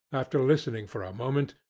after listening for a moment,